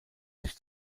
sich